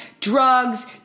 drugs